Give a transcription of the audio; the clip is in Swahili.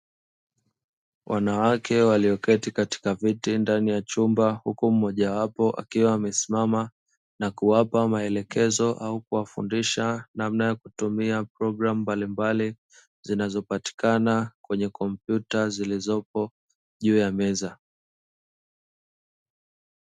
Wanawake walioketi katika viti ndani ya chumba, huku mmoja wapo akiwa amesimama na kuwapa maelekezo au kuwafundisha namna ya kutumia programu mbalimbali zinazo patikana kwenye kompyuta zilizopo juu ya meza.